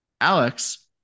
Alex